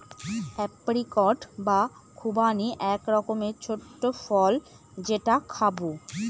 apricot বা খুবানি এক রকমের ছোট্ট ফল যেটা খাবো